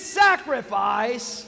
sacrifice